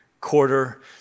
quarter